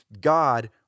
God